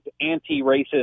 anti-racist